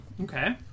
okay